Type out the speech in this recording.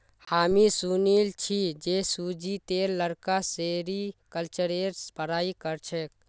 हामी सुनिल छि जे सुजीतेर लड़का सेरीकल्चरेर पढ़ाई कर छेक